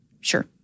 Sure